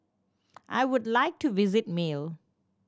I would like to visit Male